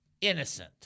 innocent